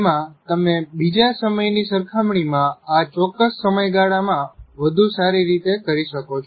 જેમાં તમે બીજા સમયની સરખામણીમાં આ ચોક્ક્સ સમયગાળામાં વધુ સારી રીતે કરી શકો છો